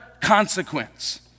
consequence